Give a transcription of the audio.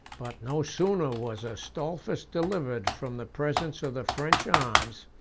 but no sooner was astolphus delivered from the presence of the french arms,